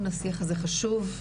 השיח הזה חשוב,